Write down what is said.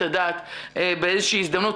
את הדעת באיזושהי הזדמנות,